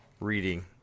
reading